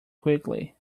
quickly